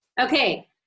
Okay